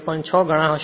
6 ગણા હશે